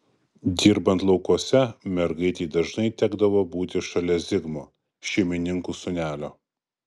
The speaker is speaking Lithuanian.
dirbant laukuose mergaitei dažnai tekdavo būti šalia zigmo šeimininkų sūnelio